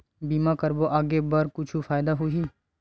बीमा करबो आगे बर कुछु फ़ायदा होही?